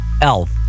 Elf